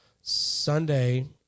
Sunday